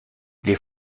les